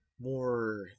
more